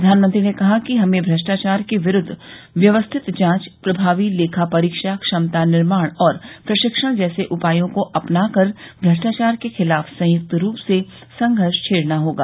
प्रधानमंत्री ने कहा कि हमें भ्रष्टाचार के विरूद्व व्यवस्थित जांच प्रभावी लेखा परीक्षा क्षमता निर्माण और प्रशिक्षण जैसे उपायों को अपनाकर भ्रष्टाचार के खिलाफ संयुक्त रूप से संघर्ष छेड़ना होगा